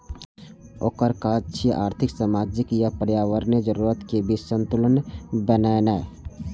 ओकर काज छै आर्थिक, सामाजिक आ पर्यावरणीय जरूरतक बीच संतुलन बनेनाय